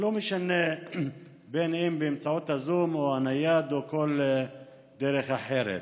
ולא משנה אם באמצעות הזום או הנייד או בכל דרך אחרת.